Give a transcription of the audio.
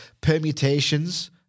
permutations